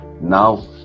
Now